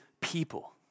people